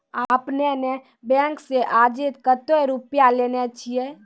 आपने ने बैंक से आजे कतो रुपिया लेने छियि?